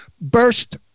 burst